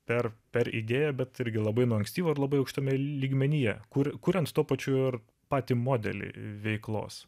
per per idėją bet irgi labai nuo ankstyvo ir labai aukštame lygmenyje kur kuriant tuo pačiu ir patį modelį veiklos